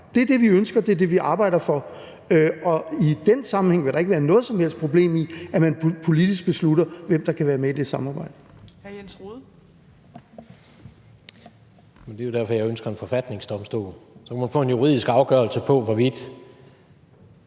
Det er det, vi ønsker, det er det, vi arbejder for, og i den sammenhæng vil der ikke være noget som helst problem i, at man politisk beslutter, hvem der kan være med i det samarbejde.